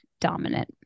dominant